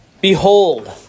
Behold